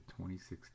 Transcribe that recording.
2016